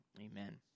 Amen